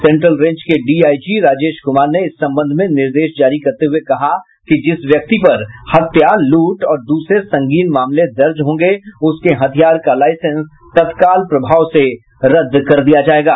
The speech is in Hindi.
सेंट्रल रेंज के डीआईजी राजेश कुमार ने इस संबंध में निर्देश जारी करते हुये कहा कि जिस व्यक्ति पर हत्या लूट और दूसरे संगीन मामले दर्ज होंगे उसके हथियार का लाईसेंस तत्काल प्रभाव से रद्द कर दिया जायेगा